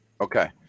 Okay